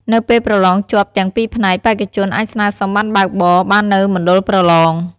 នៅពេលប្រឡងជាប់ទាំងពីរផ្នែក បេក្ខជនអាចស្នើសុំប័ណ្ណបើកបរបាននៅមណ្ឌលប្រឡង។